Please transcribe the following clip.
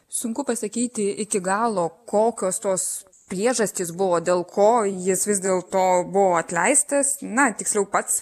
sunku pasakyti iki galo kokios tos priežastys buvo dėl ko jis vis dėlto buvo atleistas na tiksliau pats